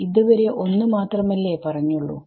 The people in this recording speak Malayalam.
ഇത് വരെ ഒന്ന് മാത്രമല്ലേ പറഞ്ഞിട്ടുള്ളൂ